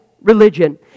religion